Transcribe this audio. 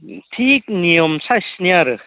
थिग नियम साइजनि आरो